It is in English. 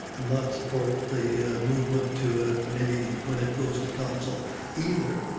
not support the movement to ah committee when it goes to council either.